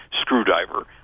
screwdriver